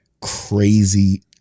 crazy